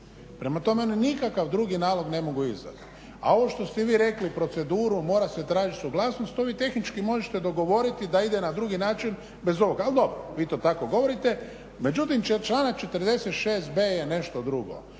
Prema tome, oni nikakav drugi nalog ne mogu izdati, a ovo što ste vi rekli, proceduru, mora se tražiti suglasnost, to vi tehnički možete dogovoriti da ide na drugi način ali dobro, vi to tako govorite. Međutim članak 46.b je nešto drugo.